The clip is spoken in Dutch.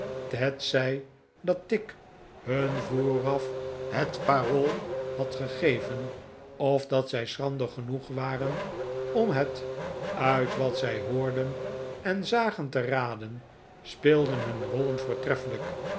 hetztj dat tigg hun vooraf het parool had gegeven of dat zij schrander genoeg waren om het uit wat zij hoorden en zagen te raden speelden hun rollen voortreffelijk